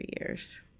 years